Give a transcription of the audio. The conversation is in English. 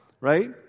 Right